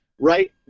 Right